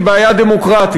היא בעיה דמוקרטית.